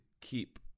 keep